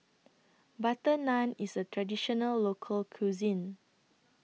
Butter Naan IS A Traditional Local Cuisine